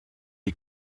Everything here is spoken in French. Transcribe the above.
est